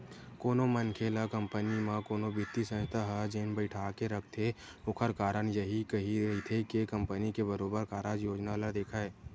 कोनो मनखे ल कंपनी म कोनो बित्तीय संस्था ह जेन बइठाके रखथे ओखर कारन यहीं रहिथे के कंपनी के बरोबर कारज योजना ल देखय